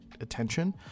attention